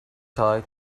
tight